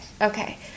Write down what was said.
Okay